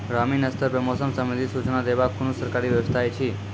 ग्रामीण स्तर पर मौसम संबंधित सूचना देवाक कुनू सरकारी व्यवस्था ऐछि?